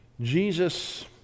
Jesus